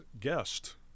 guest